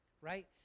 right